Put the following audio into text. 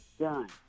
done